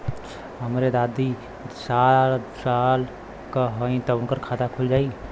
हमरे दादी साढ़ साल क हइ त उनकर खाता खुल जाई?